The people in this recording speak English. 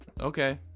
Okay